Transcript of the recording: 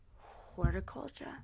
Horticulture